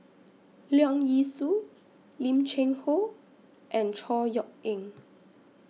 Leong Yee Soo Lim Cheng Hoe and Chor Yeok Eng